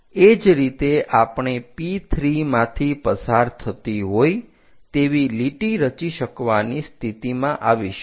એ જ રીતે આપણે P3 માંથી પસાર થતી હોય તેવી લીટી રચી શકવાની સ્થિતિમાં આવીશું